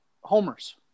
Homers